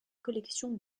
collection